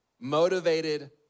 motivated